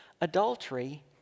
adultery